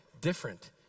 different